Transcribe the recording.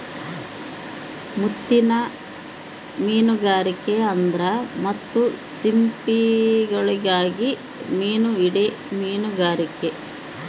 ಮುತ್ತಿನ್ ಮೀನುಗಾರಿಕೆ ಅಂದ್ರ ಮುತ್ತು ಸಿಂಪಿಗುಳುಗಾಗಿ ಮೀನು ಹಿಡೇ ಮೀನುಗಾರಿಕೆ